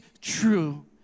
true